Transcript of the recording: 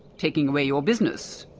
taking away your business,